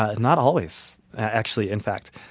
ah not always, actually. in fact,